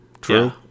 True